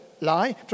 lie